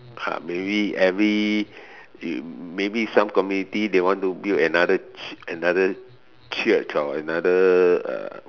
uh maybe every maybe some community they want to build another ch~ another church or another uh